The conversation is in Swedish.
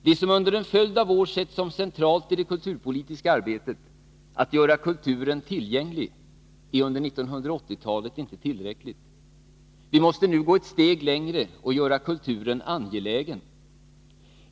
Det som under en följd av år setts som centralt i det kulturpolitiska arbetet — att göra kulturen tillgänglig — är under 1980-talet inte tillräckligt. Vi måste nu gå ett steg längre och göra kulturen angelägen.